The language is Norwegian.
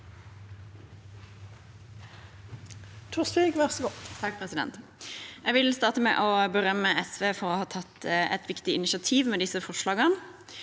Jeg vil starte med å berømme SV for å ha tatt et viktig initiativ med disse forslagene.